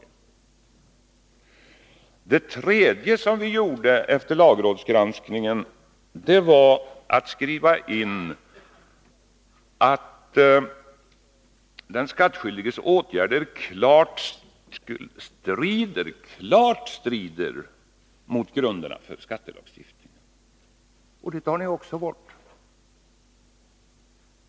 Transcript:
För det tredje skrev vi in att skattebestämmelserna skulle anses ha kringgåtts om den skattskyldiges åtgärder klart strider mot grunderna för skattelagstiftningen. Det tar ni också bort.